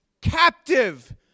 captive